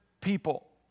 people